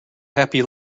happy